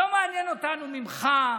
לא מעניין אותנו ממך,